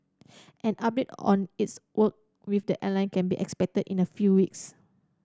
an update on its work with the airline can be expected in a few weeks